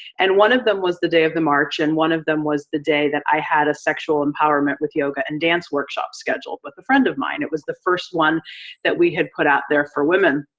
and one of them was the day of the march, and one of them was the day that i had a sexual empowerment with yoga and dance workshop scheduled with a friend of mine. it was the first one that we had put out there for women,